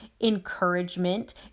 encouragement